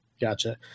Gotcha